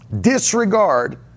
disregard